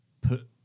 put